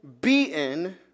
beaten